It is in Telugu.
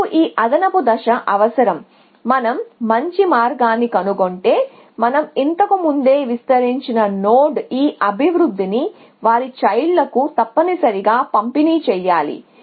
మనకు ఈ అదనపు దశ అవసరం మనం మంచి మార్గాన్ని కనుగొంటే మనం ఇంతకు ముందే విస్తరించిన నోడ్ ఈ అభివృద్ధిని వారి చైల్డ్ లకు తప్పనిసరిగా పంపిణి చేయాలి